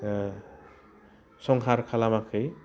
संखार खालामाखै